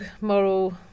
moral